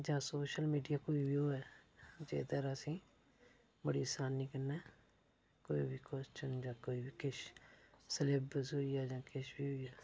जां social media कोई बी होऐ जेहदे रा आसेंगी बड़ी आसानी कन्नै कोई बी कोशचन जां कोई बी किश सलेबस होई गेआ जां किश ब होई गेआ